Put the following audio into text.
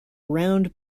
round